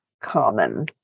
common